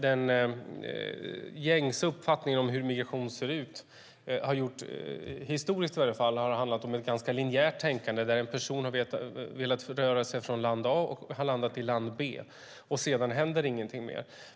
Den gängse uppfattningen om hur migration ser ut har historiskt handlat om ett ganska linjärt tänkande, där en person har velat röra sig från land A och sedan landat i land B. Sedan händer inget mer.